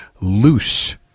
loose